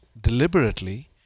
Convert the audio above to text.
deliberately